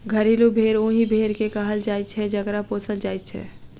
घरेलू भेंड़ ओहि भेंड़ के कहल जाइत छै जकरा पोसल जाइत छै